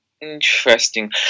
Interesting